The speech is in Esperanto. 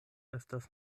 estas